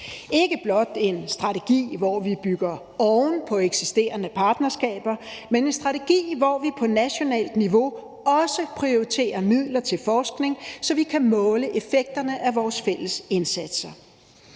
ikke blot en strategi, hvor vi bygger oven på eksisterende partnerskaber, men en strategi, hvor vi på nationalt niveau også prioriterer midler til forskning, så vi kan måle effekterne af vores fælles indsatser.